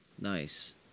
nice